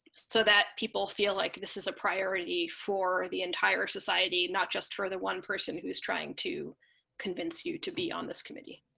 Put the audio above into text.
so that people feel like this is a priority for the entire society, not just for the one person who's trying to convince you to be on this committee.